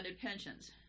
pensions